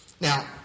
Now